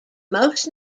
most